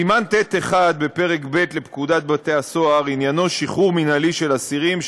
סימן ט'1 בפרק ב' לפקודת בתי-הסוהר עניינו שחרור מינהלי של אסירים,